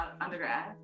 undergrad